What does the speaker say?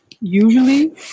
usually